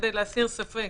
כדי להסיר ספק